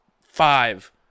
five